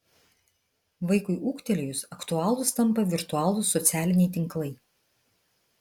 vaikui ūgtelėjus aktualūs tampa virtualūs socialiniai tinklai